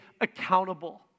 accountable